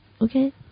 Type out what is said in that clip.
Okay